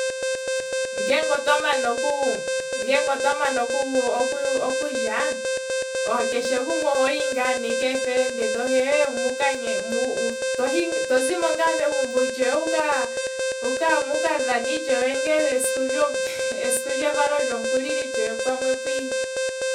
Ngeenge otwa mana oku, ngeenge otwa mana oku- oku- okulya, keshe gumwe ohohi ngaa ne keefende dhohe muka to zimo ngaa megumbo itshewe muka muka dhane itshewe esiku levalo lomukulili itshewe pamwe pwiili.